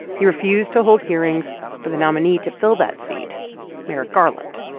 he refused to hold hearings for the nominee to fill that seat merrick garland.